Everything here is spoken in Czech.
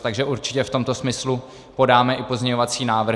Takže určitě v tomto smyslu podáme i pozměňovací návrhy.